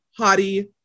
hottie